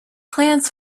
plans